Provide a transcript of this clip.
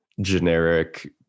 generic